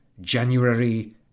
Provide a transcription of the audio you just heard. January